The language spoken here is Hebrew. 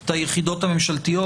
את היחידות הממשלתיות,